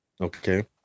Okay